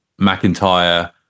McIntyre